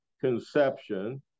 conception